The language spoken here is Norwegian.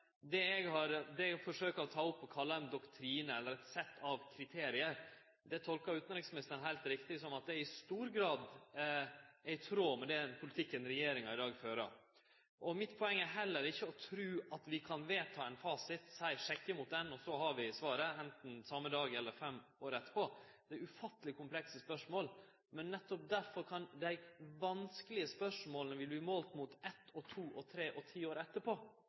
det eg har forsøkt å ta opp og kallar ein doktrine, eller eit sett av kriterium, tolka utanriksministeren heilt riktig. Det er i stor grad i tråd med den politikken regjeringa i dag fører. Poenget mitt er heller ikkje at eg trur vi kan vedta ein fasit, sjekke mot han, og så har vi svaret, anten same dag eller fem år etterpå. Det er ufatteleg komplekse spørsmål, men nettopp derfor kan dei når dei vert tekne opp eitt og to og tre og ti år